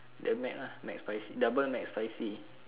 the Mac ah Mcspicy double Mcspicy